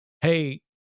Hey